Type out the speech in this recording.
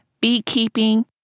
beekeeping